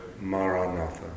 maranatha